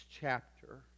chapter